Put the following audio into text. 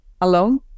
alone